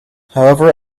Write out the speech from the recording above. however